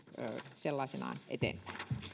sellaisenaan vienyt eteenpäin